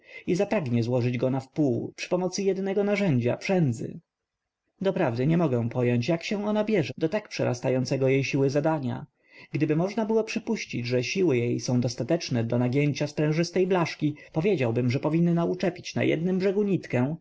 i zapragnie złożyć go nawpół przy pomocy jedynego narzędzia przędzy doprawdy nie mogę pojąć jak się ona bierze do tak przerastającego jej siły zadania gdyby można było przypuścić że siły jej są dostateczne do nagięcia sprężystej blaszki powiedziałbym że powinna uczepić na jednym brzegu nitkę